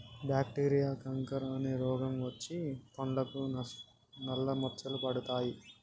bacteria canker అనే రోగం వచ్చి పండ్లకు నల్ల మచ్చలు పడతాయి